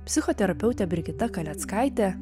psichoterapeutė brigita kaleckaitė